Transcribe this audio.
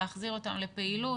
להחזיר אותם לפעילות.